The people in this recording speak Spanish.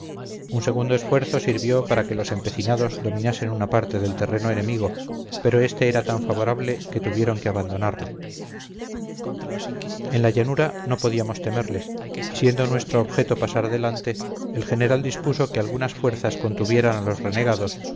un segundo esfuerzo sirvió para que los empecinados dominasen una parte del terreno enemigo pero este era tan favorable que tuvieron que abandonarlo en la llanura no podíamos temerles y siendo nuestro objeto pasar adelante el general dispuso que algunas fuerzas contuvieran a los renegados